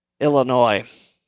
Illinois